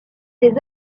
des